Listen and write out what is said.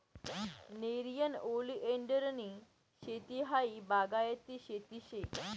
नेरियन ओलीएंडरनी शेती हायी बागायती शेती शे